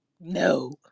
No